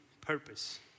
purpose